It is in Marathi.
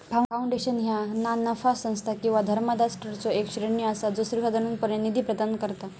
फाउंडेशन ह्या ना नफा संस्था किंवा धर्मादाय ट्रस्टचो येक श्रेणी असा जा सर्वोसाधारणपणे निधी प्रदान करता